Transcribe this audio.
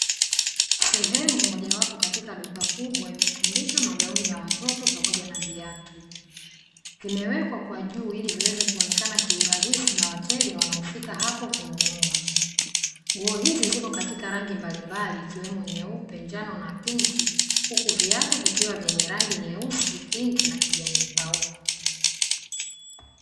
Sehemu moja wapo katika duka kubwa imetundika magauni ya watoto pamoja na viatu vimewekwa kwa juu ili viweze kuonekana kwa urahisi na wateja wanao fika hapo kununua. Nguo hizi zipo katika nguo rangi mbalimbali ikiwemo nyeupe, njano na pinki huku viatu vikiwa na rangi nyeusi, pinki na kijani mpauko.